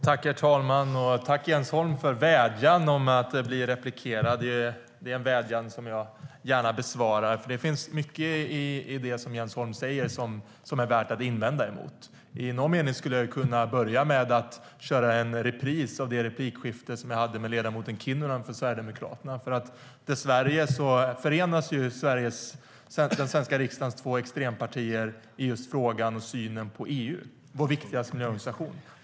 Herr talman! Tack, Jens Holm, för vädjan om att jag skulle begära replik! Det är en vädjan som jag gärna besvarar, för det finns mycket i det som Jens Holm säger som det är värt att invända emot. I någon mening skulle jag kunna börja med att köra en repris av det replikskifte som jag hade med ledamoten Kinnunen från Sverigedemokraterna. Dessvärre förenas nämligen den svenska riksdagens två extrempartier i just frågan om och synen på EU, vår viktigaste miljöorganisation.